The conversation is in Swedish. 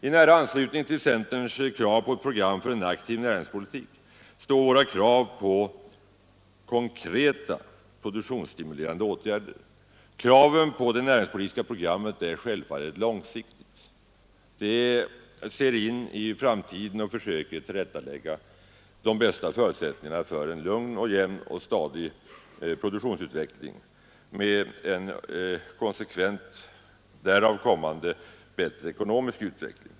I nära anslutning till centerns krav på ett program för en aktiv näringspolitik står våra krav på konkreta produktionsstimulerande åtgärder. Kraven på det näringspolitiska programmet är självfallet långsiktiga. Det ser in i framtiden och försöker tillrättalägga de bästa förutsättningarna för en lugn, jämn och stadig produktionsutveckling med en därav kommande bättre ekonomisk utveckling.